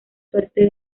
suerte